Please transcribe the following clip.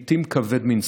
לעיתים כבד מנשוא,